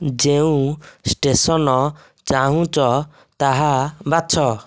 ଯେଉଁ ଷ୍ଟେସନ ଚାହୁଁଛ ତାହା ବାଛ